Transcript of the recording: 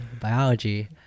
biology